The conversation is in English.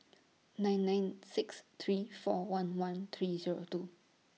nine nine six three four one one three Zero two